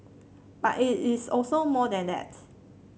but it is also more than that